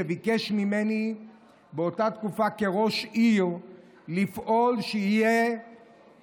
שביקש ממני באותה תקופה כראש עיר לפעול שמדי